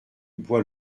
bois